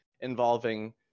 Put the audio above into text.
involving